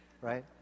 right